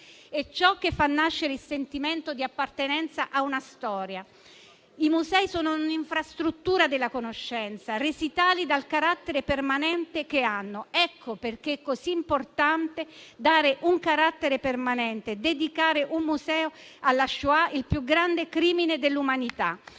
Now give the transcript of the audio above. è ciò che fa nascere il sentimento di appartenenza a una storia: i musei sono un'infrastruttura della conoscenza, resi tali dal carattere permanente che hanno. Ecco perché è così importante dargli carattere permanente, dedicando un museo alla Shoah, il più grande crimine dell'umanità